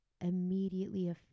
immediately